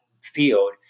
field